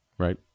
right